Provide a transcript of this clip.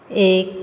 एक